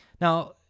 Now